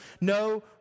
no